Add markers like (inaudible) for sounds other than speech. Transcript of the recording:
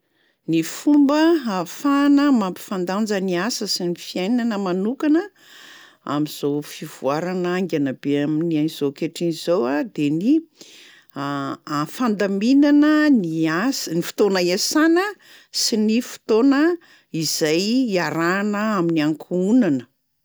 Ny fomba ahafahana mampifandanja ny asa sy ny fiainana manokana am'zao fivoarana haingana be amin'izao ankehitriny zao a de ny (hesitation) fandaminana ny asa- ny fotoana iasana sy ny fotoana izay iarahana amin'ny ankohonana.